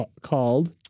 called